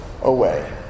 away